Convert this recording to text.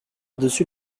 dessus